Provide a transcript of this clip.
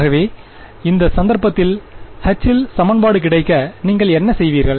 ஆகவே இந்த சந்தர்ப்பத்தில் H ல் சமன்பாடு கிடைக்க நீங்கள் என்ன செய்வீர்கள்